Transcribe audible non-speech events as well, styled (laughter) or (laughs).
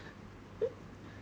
(laughs)